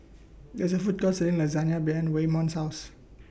There IS A Food Court Selling Lasagne behind Waymon's House